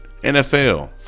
NFL